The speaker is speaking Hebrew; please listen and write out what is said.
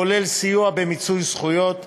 הכולל סיוע במיצוי זכויות.